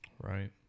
Right